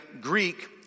Greek